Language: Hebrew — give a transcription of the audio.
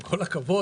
עם כל הכבוד,